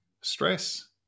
stress